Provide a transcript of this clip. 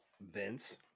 Vince